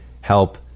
help